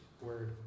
word